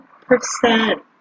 percent